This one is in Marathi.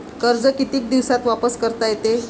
कर्ज कितीक दिवसात वापस करता येते?